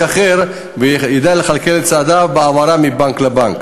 אחר וידע לכלכל את צעדיו בהעברה מבנק לבנק.